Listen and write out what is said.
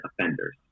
offenders